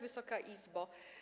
Wysoka Izbo!